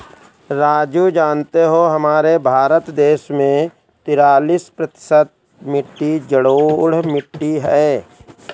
राजू जानते हो हमारे भारत देश में तिरालिस प्रतिशत मिट्टी जलोढ़ मिट्टी हैं